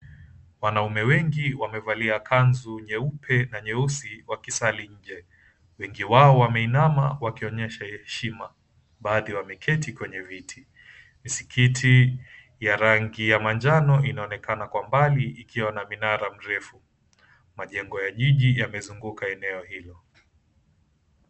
Wanaume wengi wamevalia kanzu nyeupe na nyeusi wakisali nje. Wengi wao wameinama wakionyesha heshima. Baadhi wameketi kwenye viti. Misikiti ya rangi ya manjano inaonekana kwa mbali ikiwa na minara mrefu. Majengo ya jiji yamezunguka eneo hilo